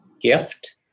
gift